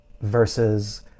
versus